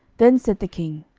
then said the king,